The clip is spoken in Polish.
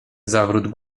zawrót